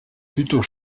plutôt